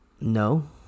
No